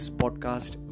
podcast